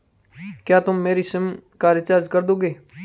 क्या तुम मेरी सिम का रिचार्ज कर दोगे?